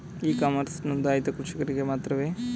E commerce ನೊಂದಾಯಿತ ಕೃಷಿಕರಿಗೆ ಮಾತ್ರವೇ?